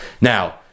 Now